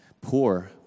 poor